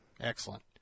Excellent